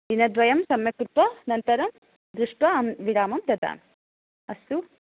दिनद्वयं सम्यक् कृत्वा अनन्तरं दृष्ट्वा विरामं ददामि अस्तु